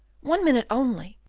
one minute only,